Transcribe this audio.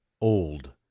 old